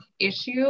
issue